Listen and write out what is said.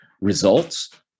results